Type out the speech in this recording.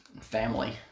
family